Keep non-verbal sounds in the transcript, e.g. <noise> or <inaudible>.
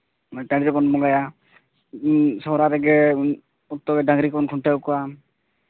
ᱢᱤᱫᱴᱮᱱ ᱜᱮᱵᱚᱱ ᱵᱚᱸᱜᱟᱭᱟ ᱤᱧ ᱥᱚᱦᱚᱨᱟᱭ ᱨᱮᱜᱮ <unintelligible> ᱰᱟᱝᱨᱤ ᱵᱚᱱ ᱠᱷᱩᱱᱴᱟᱹᱣ ᱠᱚᱣᱟ